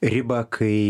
ribą kai